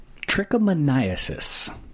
trichomoniasis